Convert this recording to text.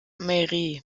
mairie